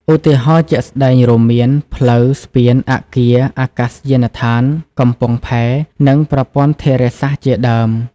ឧទាហរណ៍ជាក់ស្ដែងរួមមាន ផ្លូវ ស្ពាន អគារ អាកាសយានដ្ឋាន កំពង់ផែ និងប្រព័ន្ធធារាសាស្ត្រ ជាដើម។